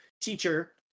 teacher